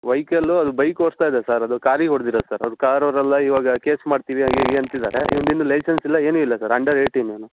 vehicle ಅದು bike ಓಡ್ಸ್ತಾ ಇದೆ ಸರ್ ಅದು ಕಾರಿಗೆ ಹೊಡ್ದಿರದ್ ಸರ್ ಅದು ಕಾರ್ ಅವ್ರ ಎಲ್ಲ ಇವಾಗ ಕೇಸ್ ಮಾಡ್ತೀವಿ ಹಾಗೆ ಹೀಗೆ ಅಂತಿದ್ದಾರೆ ಇವ್ನದ್ದು ಇನ್ನು ಲೈಸನ್ಸ್ ಇಲ್ಲ ಏನು ಇಲ್ಲ ಸರ್ ಅಂಡರ್ ಏಯ್ಟಿನ್ ಇವನು